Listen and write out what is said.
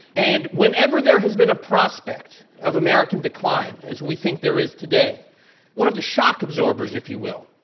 and whenever there has been a prospect of american decline as we think there is today, the one of the shock absorbers, if you will,